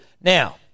now